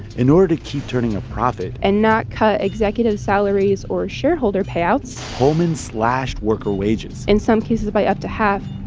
in order to keep turning a profit. and not cut executive salaries or shareholder payouts. pullman slashed worker wages in some cases by up to half.